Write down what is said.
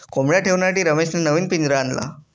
कोंबडया ठेवण्यासाठी रमेशने नवीन पिंजरा आणला